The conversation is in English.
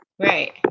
Right